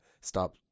stop